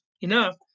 enough